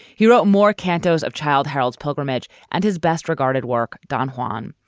he wrote more cantos of child herald's pilgrimage and his best regarded work. don juan.